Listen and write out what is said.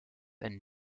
and